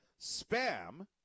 Spam